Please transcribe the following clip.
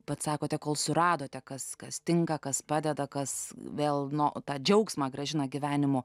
pats sakote kol suradote kas kas tinka kas padeda kas vėl no tą džiaugsmą grąžina gyvenimo